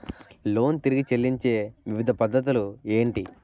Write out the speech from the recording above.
Loan తిరిగి చెల్లించే వివిధ పద్ధతులు ఏంటి?